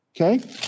Okay